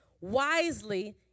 wisely